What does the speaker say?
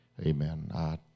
Amen